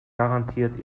garantiert